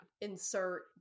insert